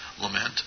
lament